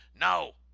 No